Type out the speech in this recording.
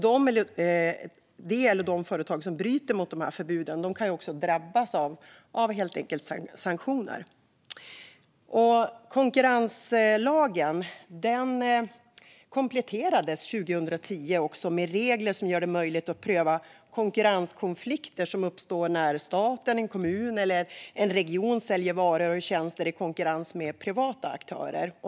Det eller de företag som bryter mot förbuden kan drabbas av sanktioner. Konkurrenslagen kompletterades 2010 med regler som gör det möjligt att pröva konkurrenskonflikter som uppstår när staten, en kommun eller en region säljer varor och tjänster i konkurrens med privata aktörer.